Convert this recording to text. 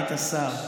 היית שר.